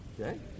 Okay